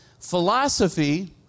Philosophy